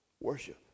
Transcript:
worship